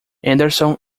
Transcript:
henderson